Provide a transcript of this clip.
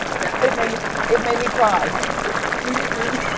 yeah it made me it made me cry. yeah, did it really?